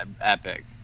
epic